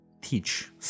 teach